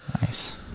Nice